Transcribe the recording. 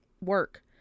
work